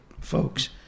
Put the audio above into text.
folks